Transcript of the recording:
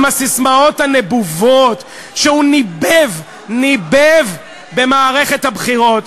עם הססמאות הנבובות שהוא ניבב במערכת הבחירות,